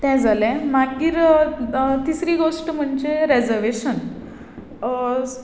तें जालें मागीर तिसरी गोष्ट म्हणजे रेजरवेशन